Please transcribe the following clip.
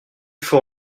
faut